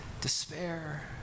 despair